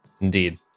Indeed